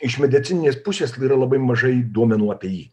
iš medicininės pusės kada yra labai mažai duomenų apie jį